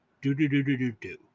Do-do-do-do-do-do